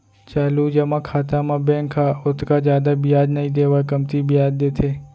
चालू जमा खाता म बेंक ह ओतका जादा बियाज नइ देवय कमती बियाज देथे